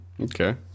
Okay